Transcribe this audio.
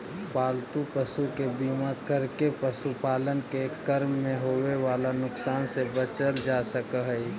पालतू पशु के बीमा करके पशुपालन के क्रम में होवे वाला नुकसान से बचल जा सकऽ हई